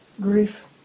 grief